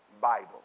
Bible